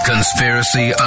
Conspiracy